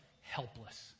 helpless